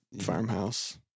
farmhouse